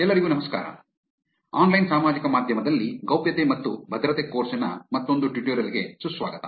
ಎಲ್ಲರಿಗೂ ನಮಸ್ಕಾರ ಆನ್ಲೈನ್ ಸಾಮಾಜಿಕ ಮಾಧ್ಯಮದಲ್ಲಿ ಗೌಪ್ಯತೆ ಮತ್ತು ಭದ್ರತೆ ಕೋರ್ಸ್ ನ ಮತ್ತೊಂದು ಟ್ಯುಟೋರಿಯಲ್ ಗೆ ಸುಸ್ವಾಗತ